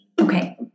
Okay